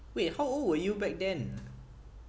wait how old were you back then